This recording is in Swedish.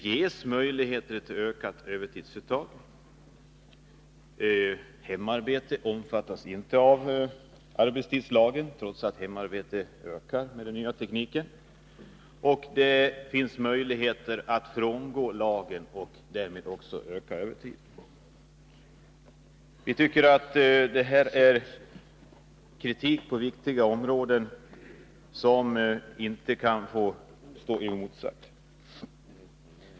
Hemarbete med t.ex. hemdatorer omfattas inte av arbetstidslagen, trots att hemarbete ökar genom den nya tekniken. 4. Möjligheter ges att genom lokala avtal frångå lagen, och därmed öka övertiden. Vi anser att denna kritik gäller viktiga områden och inte kan få stå oemotsagd.